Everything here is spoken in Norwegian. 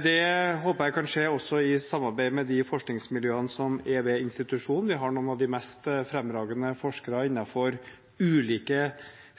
Det håper jeg også kan skje i et samarbeid med de forskningsmiljøene som er ved institusjonen. Vi har noen av de mest fremragende forskere innenfor ulike